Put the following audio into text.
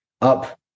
up